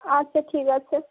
আচ্ছা ঠিক আছে